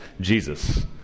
Jesus